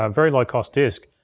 ah very low-cost disk.